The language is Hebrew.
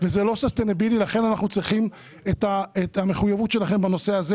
היא לא יכולה כי אין את האדם שמשלמים לו לתווך את התקשורת.